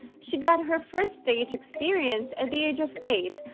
she got her first stage experience at the age of eight,